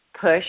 push